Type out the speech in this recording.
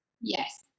Yes